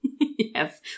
Yes